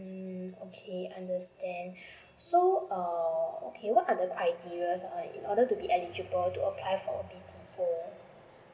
mm okay understand so uh okay what are the criteria uh in order to be eligible to apply for B_T_O